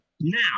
Now